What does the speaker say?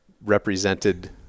represented